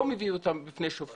לא מביאים אותם בפני שופט.